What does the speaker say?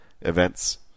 events